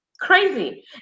crazy